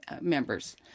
members